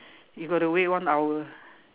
you got to wait one hour